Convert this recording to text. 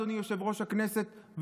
אדוני יושב-ראש הכנסת,